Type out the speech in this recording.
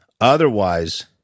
Otherwise